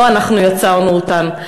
לא אנחנו יצרנו אותן.